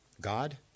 God